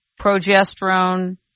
progesterone